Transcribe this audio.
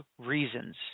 reasons